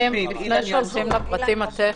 אני לא צריך להרחיב על הדבר הזה.